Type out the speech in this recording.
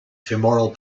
femoral